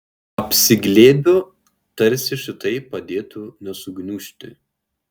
apsiglėbiu tarsi šitai padėtų nesugniužti